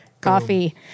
Coffee